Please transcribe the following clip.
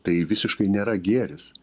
tai visiškai nėra gėris